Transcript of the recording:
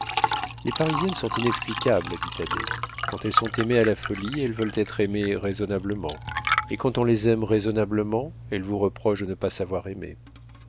les parisiennes sont inexplicables dit thaddée quand elles sont aimées à la folie elles veulent être aimées raisonnablement et quand on les aime raisonnablement elles vous reprochent de ne pas savoir aimer